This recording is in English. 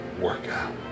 workout